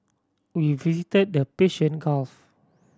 we visited the Persian Gulf